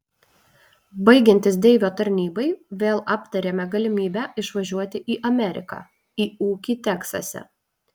baigiantis deivio tarnybai vėl aptarėme galimybę išvažiuoti į ameriką į ūkį teksase